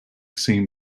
seen